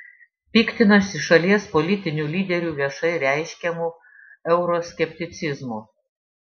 piktinasi šalies politinių lyderių viešai reiškiamu euroskepticizmu